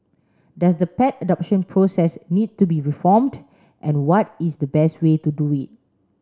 does the pet adoption process need to be reformed and what is the best way to do it